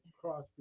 cross